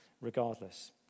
regardless